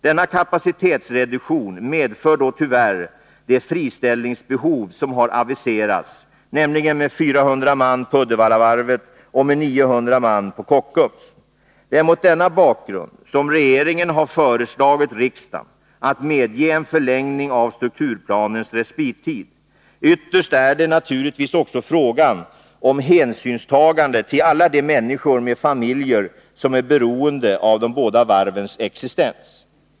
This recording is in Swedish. Denna kapacitetsreduktion medför då tyvärr de friställningsbehov som har aviserats, nämligen med 400 man på Uddevallavarvet och med 900 man på Kockums. Det är mot denna bakgrund som regeringen har föreslagit riksdagen att medge en förlängning av strukturplanens respittid. Ytterst är det naturligtvis också fråga om hänsynstagande till alla de människor med familjer som är beroende av de båda varvens existens.